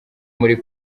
muri